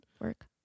work